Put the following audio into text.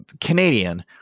Canadian